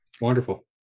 wonderful